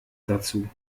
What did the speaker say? dazu